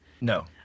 No